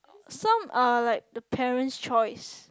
some are like the parent's choice